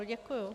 Děkuji.